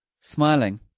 Smiling